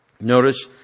Notice